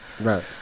right